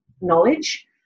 knowledge